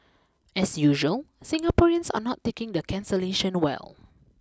as usual Singaporeans are not taking the cancellation well